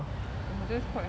!wah! that's quite high eh